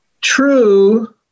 true